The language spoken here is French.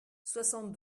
soixante